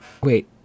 Wait